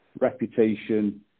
reputation